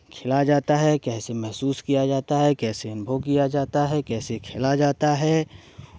खेला जाता है कैसे महसूस किया जाता है कैसे अनुभव किया जाता है कैसे खेला जाता है